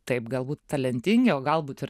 taip galbūt talentingi o galbūt ir